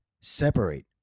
Separate